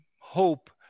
hope